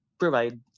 provide